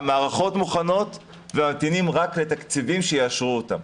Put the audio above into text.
המערכות מוכנות וממתינים רק לתקציבים שיאשרו אותם.